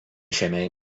šiame